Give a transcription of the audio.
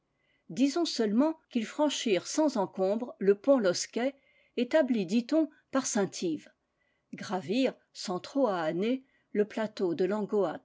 disons seulement qu'ils franchi rent sans encombre le pont losquet établi dit-on par saint yves gravirent sans trop ahanner le plateau de